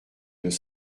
deux